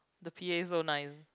the P_A so nice